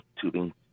tubing